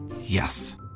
Yes